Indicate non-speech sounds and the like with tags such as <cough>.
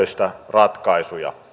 ratkaisuja <unintelligible>